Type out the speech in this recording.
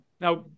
Now